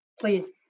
please